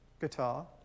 guitar